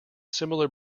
similar